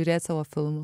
žiūrėt savo filmų